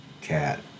cat